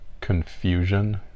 confusion